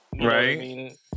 right